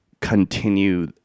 continue